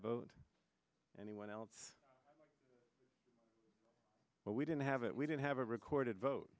vote anyone else but we didn't have it we didn't have a recorded vote